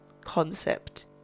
concept